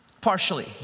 partially